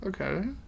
Okay